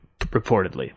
reportedly